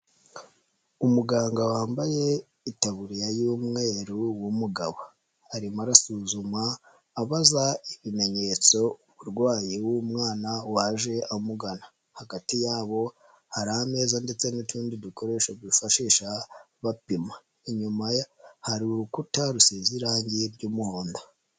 Umuganga wambaye itaburiya y'umweru w'umugabo arimo arasuzuma abaza ibimenyetso umurwayi w'umwana waje amugana, hagati yabo hari ameza ndetse n'utundi dukoresho bifashisha bapima, inyuma hari urukuta rusize irangi ry'umuhondo.